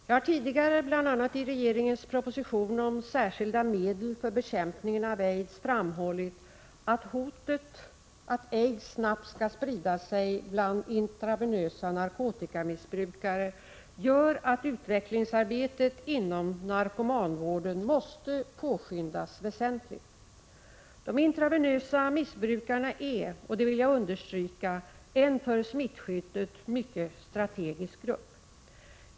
Jag har tidigare, bl.a. i regeringens proposition om särskilda medel för bekämpningen av aids, framhållit att hotet att aids snabbt skall sprida sig bland personer som missbrukar narkotika intravenöst gör att utvecklingsarbetet inom narkomanvården måste påskyndas väsentligt. De som missbrukar intravenöst är, det vill jag understryka, en för smittskyddet mycket strategisk grupp.